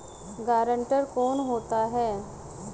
Guarantor कौन होता है?